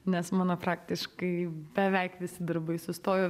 nes mano praktiškai beveik visi darbai sustojo